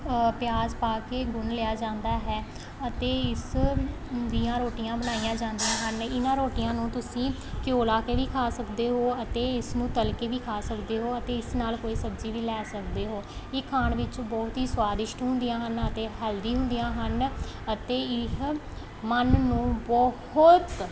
ਪਿਆਜ਼ ਪਾ ਕੇ ਗੁੰਨ ਲਿਆ ਜਾਂਦਾ ਹੈ ਅਤੇ ਇਸ ਦੀਆ ਰੋਟੀਆਂ ਬਣਾਈਆਂ ਜਾਂਦੀਆਂ ਹਨ ਇਹਨਾਂ ਰੋਟੀਆਂ ਨੂੰ ਤੁਸੀਂ ਘਿਓ ਲਾ ਕੇ ਵੀ ਖਾ ਸਕਦੇ ਹੋ ਅਤੇ ਇਸ ਨੂੰ ਤਲ ਕੇ ਵੀ ਖਾ ਸਕਦੇ ਹੋ ਅਤੇ ਇਸ ਨਾਲ ਕੋਈ ਸਬਜ਼ੀ ਵੀ ਲੈ ਸਕਦੇ ਹੋ ਇਹ ਖਾਣ ਵਿੱਚ ਬਹੁਤ ਹੀ ਸਵਾਦਿਸ਼ਟ ਹੁੰਦੀਆਂ ਹਨ ਅਤੇ ਹੈਲਦੀ ਹੁੰਦੀਆਂ ਹਨ ਅਤੇ ਇਹ ਮਨ ਨੂੰ ਬਹੁਤ